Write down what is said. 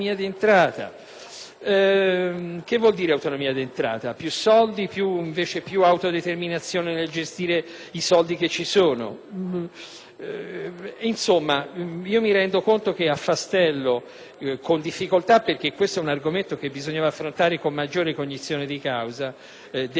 cosa vuol dire autonomia di entrata? Più soldi o, invece, più autodeterminazione nel gestire i soldi che ci sono? Insomma, mi rendo conto che affastello con difficoltà - perché questo argomento necessiterebbe di essere affrontato con maggiore cognizione di causa - elementi eterogenei,